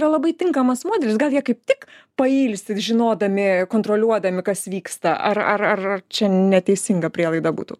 yra labai tinkamas modelis gal jie kaip tik pailsi žinodami kontroliuodami kas vyksta ar ar ar čia neteisinga prielaida būtų